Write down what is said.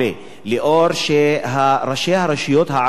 לאור זה שראשי הרשויות הערבים,